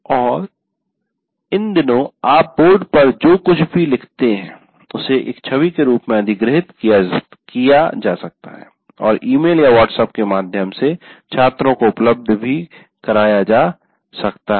और इन दिनों आप बोर्ड पर जो कुछ भी लिखते हैं उसे एक छवि के रूप में अधिग्रहित किया जा सकता है और ईमेल या व्हाट्सएप के माध्यम से छात्रों को उपलब्ध भी कराया जा सकता है